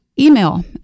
Email